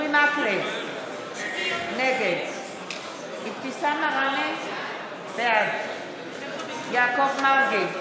נגד אבתיסאם מראענה, בעד יעקב מרגי,